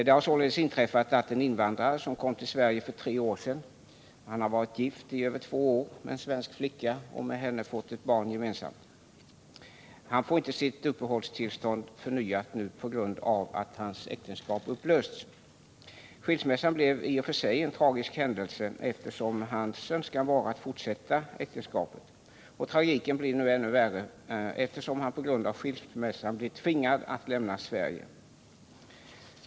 Det har sålunda inträffat att en invandrare, som kom till Sverige för tre år sedan och som varit gift i mer än två år med en svensk flicka 141 och med henne fått ett barn, inte får sitt uppehållstillstånd förnyat på grund av att äktenskapet upplösts. Skilsmässan blev i och för sig en tragisk händelse, eftersom mannens önskan var att fortsätta äktenskapet. Tragiken blir nu ännu värre, då han på grund av skilsmässan blir tvingad att lämna Sverige.